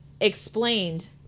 explained